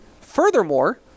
furthermore